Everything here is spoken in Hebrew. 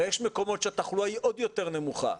הרי יש מקומות שהתחלואה היא עוד יותר נמוכה,